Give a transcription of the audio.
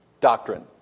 doctrine